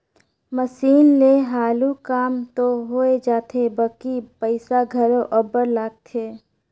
machine ले हालु काम दो होए जाथे बकि पइसा घलो अब्बड़ लागथे